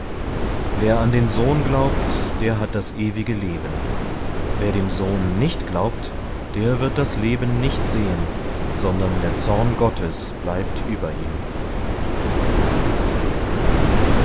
wer an den sohn glaubt der hat das ewige leben wer dem sohn nicht glaubt der wird das leben nicht sehen sondern der zorn gottes bleibt über ihm